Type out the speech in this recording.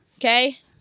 Okay